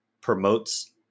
promotes